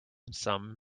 sum